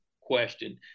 question